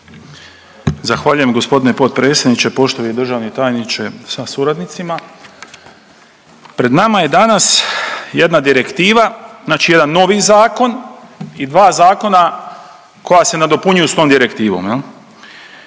Zahvaljujem gospodine potpredsjedniče. Poštovani državni tajniče sa suradnicima. Pred nama je danas jedna direktiva, znači jedan novi zakon i dva zakona koja se nadopunjuju s tom direktivom.